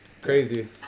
Crazy